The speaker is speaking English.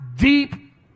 Deep